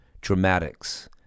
dramatics